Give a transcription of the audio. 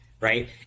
right